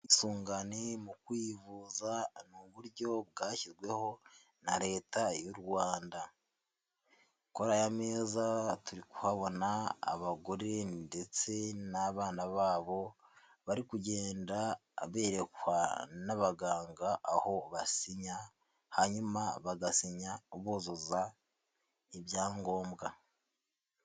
Ubwisungane mu kwivuza n' uburyo bwashyizweho na Leta y'u Rwanda, kuri aya meza turi kuhabona abagore ndetse n'abana babo bari kugenda berekwa n'abaganga aho basinya hanyuma bagasinya buzuza ibyangombwa.